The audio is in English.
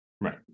right